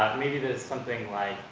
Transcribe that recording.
maybe there's something like,